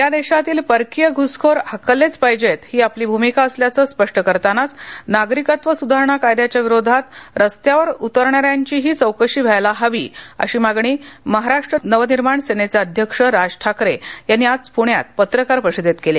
या देशातील परकीय घुसखोर हाकललेच पाहिजेत ही आपली भूमिका असल्याचं स्पष्ट करतानाच नागरिकत्व सुधारणा कायद्याच्या विरोधात रस्त्यावर उतरणाऱ्यांचीही चौकशी व्हायला हवी अशी मागणी महाराष्ट नवनिर्माण सेनेचे अध्यक्ष राज ठाकरे यांनी आज प्ण्यात पत्रकार परिषदेत केली